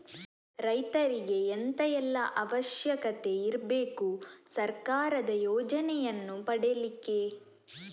ರೈತರಿಗೆ ಎಂತ ಎಲ್ಲಾ ಅವಶ್ಯಕತೆ ಇರ್ಬೇಕು ಸರ್ಕಾರದ ಯೋಜನೆಯನ್ನು ಪಡೆಲಿಕ್ಕೆ?